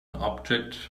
object